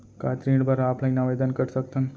का ऋण बर ऑफलाइन आवेदन कर सकथन?